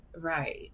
Right